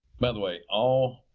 by the way, all,